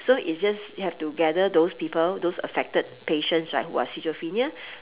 so it's just you have to gather those people those affected patient who are schizophrenia